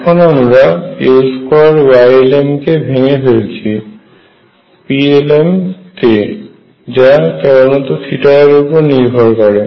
এখন আমরা L2 Ylm কে ভেঙে ফেলেছি Plm এ এবং যা কেবলমাত্র এর উপর নির্ভর করে